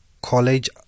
College